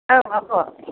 औ आब'